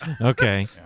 okay